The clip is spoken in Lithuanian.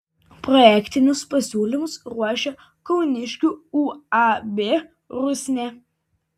projektinius pasiūlymus ruošė kauniškių uab rusnė